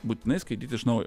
būtinai skaityt iš naujo